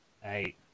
hey